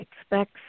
expects